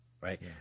right